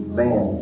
man